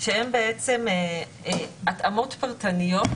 שהם בעצם התאמות פרטניות